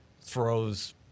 throws